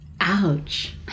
Ouch